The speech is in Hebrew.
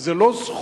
זו לא זכות.